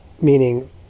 meaning